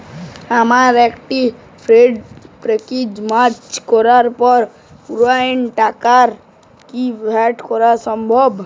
আমার একটি fixed deposit mature করার পর পুনরায় সেই টাকাটিকে কি ফিক্সড করা সম্ভব?